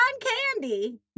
Candy